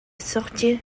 sortie